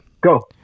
Go